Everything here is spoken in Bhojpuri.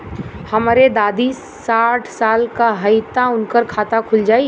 हमरे दादी साढ़ साल क हइ त उनकर खाता खुल जाई?